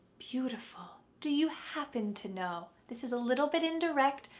beautiful. do you happen to know? this is a little bit indirect,